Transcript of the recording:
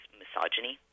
misogyny